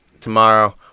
tomorrow